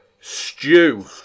Stew